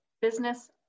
Business